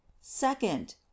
Second